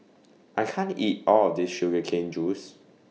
I can't eat All of This Sugar Cane Juice